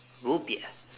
wopier